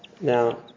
Now